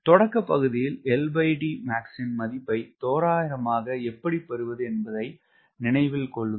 தொடக்க பகுதியில் ன் மதிப்பை தோராயமாக எப்படி பெறுவது என்பதை நினைவில் கொள்ளுங்கள்